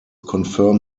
confirm